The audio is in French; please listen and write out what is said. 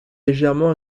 légèrement